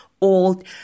old